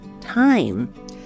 time